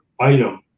item